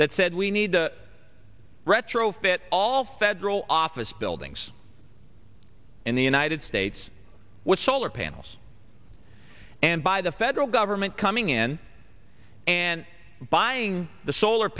that said we need to retrofit all federal office buildings in the united states with solar panels and by the federal government coming in and buying the solar